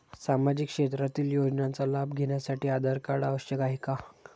सामाजिक क्षेत्रातील योजनांचा लाभ घेण्यासाठी आधार कार्ड आवश्यक आहे का?